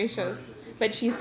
mauritius okay